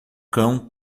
cão